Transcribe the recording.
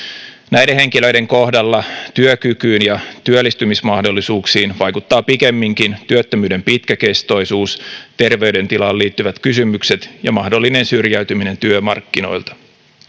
näiden henkilöiden kohdalla työkykyyn ja työllistymismahdollisuuksiin vaikuttavat pikemminkin työttömyyden pitkäkestoisuus terveydentilaan liittyvät kysymykset ja mahdollinen syrjäytyminen työmarkkinoilta